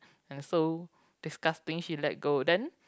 and so disgusting she let go then